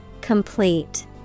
Complete